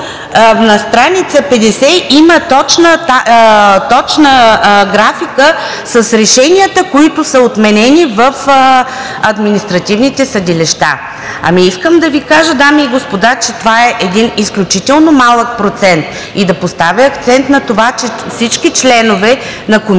на страница 50, има точна графика с решенията, които са отменени в административните съдилища. Ами искам да Ви кажа, дами и господа, че това е един изключително малък процент. Да поставя акцент на това, че всички членове на Комисията